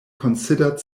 considered